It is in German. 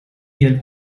ihren